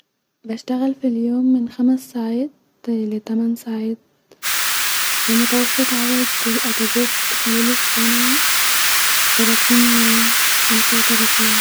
بشتغل في اليوم من خمس ساعات ل-تامن ساعات-و متوسط عدد الاجازات خلال السنه-تلاتين يوم-خمسه وتلاتين